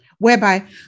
whereby